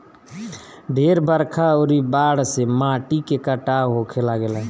ढेर बरखा अउरी बाढ़ से माटी के कटाव होखे लागेला